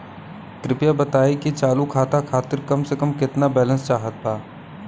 कृपया बताई कि चालू खाता खातिर कम से कम केतना बैलैंस चाहत बा